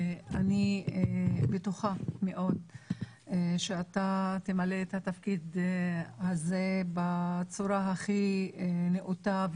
אני בטוחה מאוד שאתה תמלא את התפקיד הזה בצורה הכי נאותה,